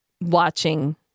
watching